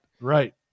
Right